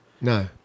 No